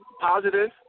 positive